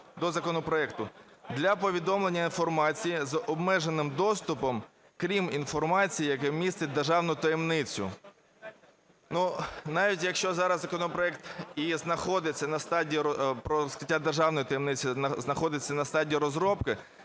до законопроекту: "Для повідомлення інформації з обмеженим доступом (крім інформації, яка містить державну таємницю…". Ну, навіть якщо зараз законопроект і знаходиться на стадії… про розкриття державної таємниці знаходиться на стадії розробки,